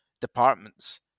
departments